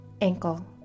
Ankle